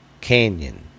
Canyon